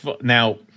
now